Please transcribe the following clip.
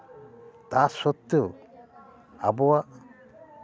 ᱛᱟᱨ ᱥᱚᱛᱛᱮᱭᱳ ᱟᱵᱚᱣᱟᱜ